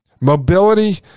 mobility